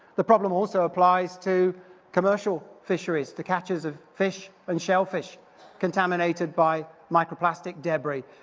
the problem also applies to commercial fisheries, to catches of fish and shellfish contaminated by micro-plastic debris,